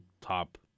top